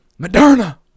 Moderna